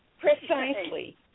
Precisely